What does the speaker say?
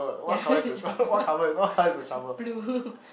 ya ya blue